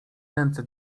ręce